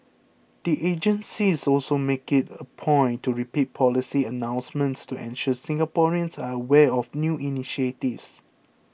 the agencies also make it a point to repeat policy announcements to ensure Singaporeans are aware of new initiatives